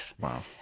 Wow